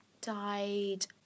died